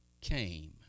came